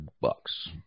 bucks